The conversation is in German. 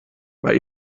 bei